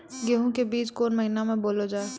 गेहूँ के बीच कोन महीन मे बोएल जाए?